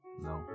No